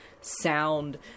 sound